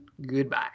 Goodbye